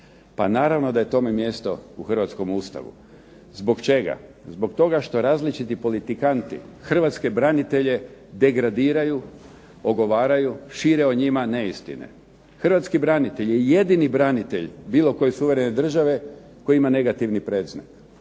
Pa naravno da je tome mjesto u hrvatskom Ustavu. Zbog čega? Zbog toga što različiti politikanti hrvatske branitelje degradiraju, ogovaraju, šire o njima neistine. Hrvatski branitelji, jedini branitelj bilo koje suverene države koji ima negativni predznak.